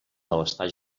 malestar